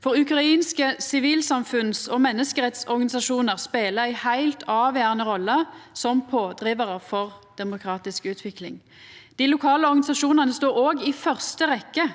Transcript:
ukrainske sivilsamfunns- og menneskerettsorganisasjonar spelar ei heilt avgjerande rolle som pådrivarar for demokratisk utvikling. Dei lokale organisasjonane står òg i første rekke